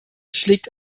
schlägt